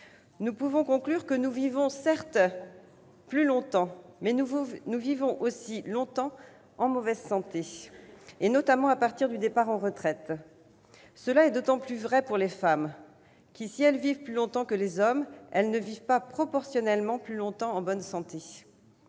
Nous pouvons en conclure que, si nous vivons plus longtemps, nous vivons aussi longtemps en mauvaise santé, notamment à partir du départ à la retraite. C'est d'autant plus vrai pour les femmes, qui vivent plus longtemps que les hommes, mais ne vivent pas, proportionnellement, plus longtemps en bonne santé.